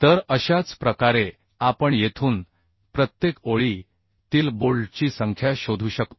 तर अशाच प्रकारे आपण येथून प्रत्येक ओळीतील बोल्टची संख्या शोधू शकतो